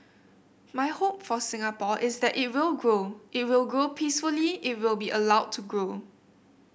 my hope for Singapore is that it will grow it will grow peacefully it will be allowed to grow